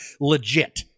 legit